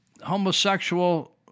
homosexual